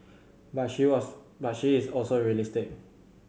but she was but she is also realistic